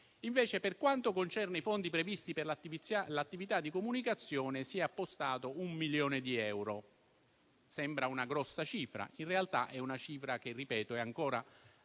Invece, per quanto concerne i fondi previsti per l'attività di comunicazione, si è appostato un milione di euro. Sembra una grossa cifra, ma in realtà è ancora sottodimensionata